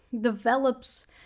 develops